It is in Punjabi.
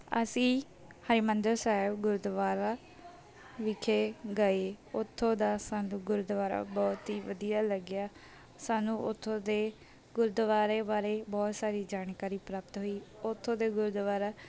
ਅਸੀਂ ਹਰਿਮੰਦਰ ਸਾਹਿਬ ਗੁਰਦੁਆਰਾ ਵਿਖੇ ਗਏ ਉੱਥੋਂ ਦਾ ਸਾਨੂੰ ਗੁਰਦੁਆਰਾ ਬਹੁਤ ਹੀ ਵਧੀਆ ਲੱਗਿਆ ਸਾਨੂੰ ਉੱਥੋਂ ਦੇ ਗੁਰਦੁਆਰੇ ਬਾਰੇ ਬਹੁਤ ਸਾਰੀ ਜਾਣਕਾਰੀ ਪ੍ਰਾਪਤ ਹੋਈ ਉੱਥੋਂ ਦੇ ਗੁਰਦੁਆਰਾ